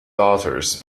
daughters